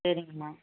சரிங்கம்மா